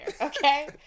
Okay